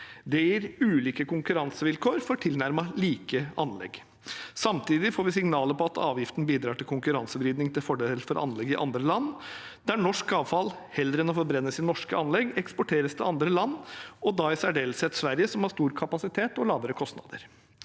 Det gir ulike konkurransevilkår for tilnærmet like anlegg. Samtidig får vi signaler om at avgiften bidrar til konkurransevridning til fordel for anlegg i andre land, der norsk avfall heller enn å forbrennes i norske anlegg eksporteres til andre land, og da i særdeleshet til Sverige, som har stor kapasitet og lavere kostnader.